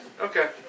Okay